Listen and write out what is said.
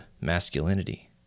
masculinity